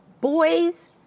boys